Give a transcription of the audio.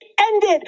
Ended